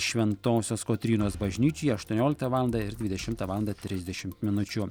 šventosios kotrynos bažnyčioje aštuonioliktą valandą ir dvidešimtą valandą trisdešimt minučių